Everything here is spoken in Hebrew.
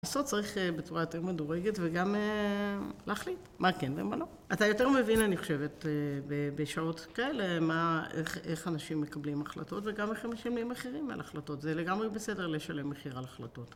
לנסות צריך בצורה יותר מדורגת וגם להחליט מה כן ומה לא. אתה יותר מבין, אני חושבת, בשעות כאלה איך אנשים מקבלים החלטות וגם איך הם משלמים מחירים על החלטות זה לגמרי בסדר לשלם מחיר על החלטות